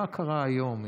מה קרה היום,